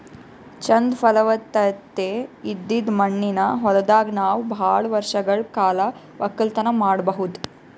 ಚಂದ್ ಫಲವತ್ತತೆ ಇದ್ದಿದ್ ಮಣ್ಣಿನ ಹೊಲದಾಗ್ ನಾವ್ ಭಾಳ್ ವರ್ಷಗಳ್ ಕಾಲ ವಕ್ಕಲತನ್ ಮಾಡಬಹುದ್